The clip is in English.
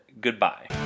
goodbye